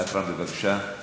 אכרם, בבקשה.